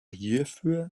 hierfür